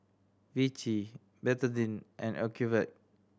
Vichy Betadine and Ocuvite